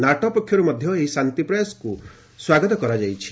NATO ପକ୍ଷରୁ ମଧ୍ୟ ଏହି ଶାନ୍ତି ପ୍ରୟାସକ୍ତ ମଧ୍ୟ ସ୍ୱାଗତ କରାଯାଇଛି